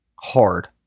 Hard